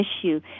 issue